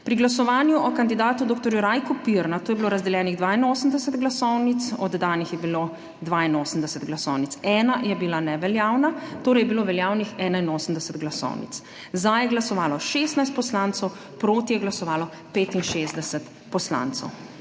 Pri glasovanju o kandidatu dr. Rajku Pirnatu je bilo razdeljenih 82 glasovnic, oddanih je bilo 82 glasovnic, ena je bila neveljavna, torej je bilo veljavnih 81 glasovnic. Za je glasovalo 16 poslancev, proti je glasovalo 65 poslancev.